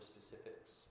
specifics